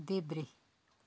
देब्रे